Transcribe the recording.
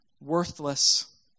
worthless